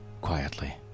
quietly